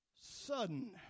sudden